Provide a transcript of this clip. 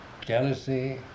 jealousy